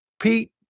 Pete